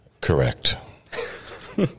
Correct